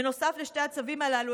בנוסף לשני הצווים הללו,